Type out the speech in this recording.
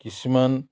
কিছুমান